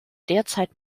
derzeit